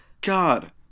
God